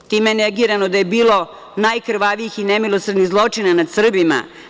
Time je negirano da je bilo najkrvavijih i nemilosrdnim zločinima nad Srbima.